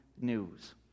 news